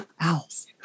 owls